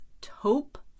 taupe